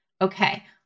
Okay